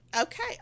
Okay